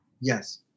Yes